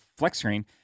Flexscreen